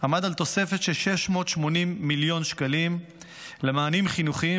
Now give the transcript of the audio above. עמד על תוספת של 680 מיליון שקלים למענים חינוכיים